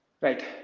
Right